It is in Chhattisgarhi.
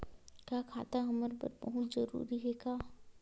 का खाता हमर बर बहुत जरूरी हे का?